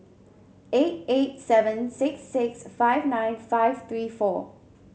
eight eight seven six six five nine five three four